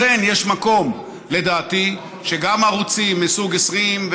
לכן, לדעתי, יש מקום שגם ערוצים מסוג 20,